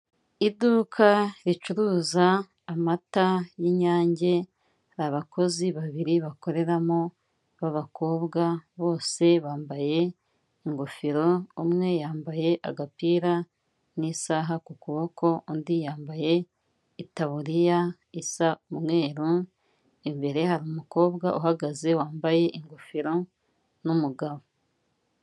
Iduka ricuruza amata y'Inyange, abakozi babiri bakoreramo b'abakobwa bose bambaye ingofero, umwe yambaye agapira n'isaha ku kuboko, undi yambaye itaburiya isa umweru, imbere ye hari umukobwa uhagaze wambaye ingofero n'umugabo.